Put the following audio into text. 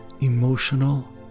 emotional